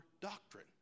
doctrine